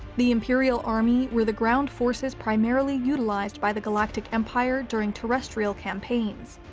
the imperial army were the ground forces primarily utilized by the galactic empire during terrestrial campaigns.